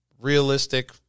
realistic